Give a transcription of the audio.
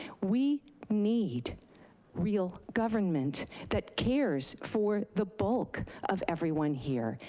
we need real government that cares for the bulk of everyone here.